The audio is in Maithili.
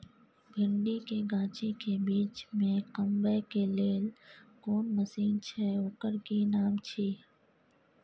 भिंडी के गाछी के बीच में कमबै के लेल कोन मसीन छै ओकर कि नाम छी?